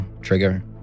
trigger